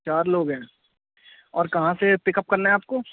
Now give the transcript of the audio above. چار لوگ ہیں اور کہاں سے پک اپ کرنا ہے آپ کو